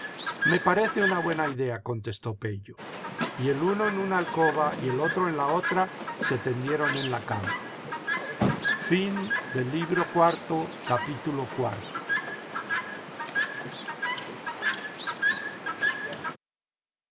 me parece una buena idea contestó pello y el uno en una alcoba y el otro en la otra se tendieron en la cama